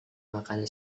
makan